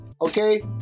Okay